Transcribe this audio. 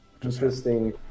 interesting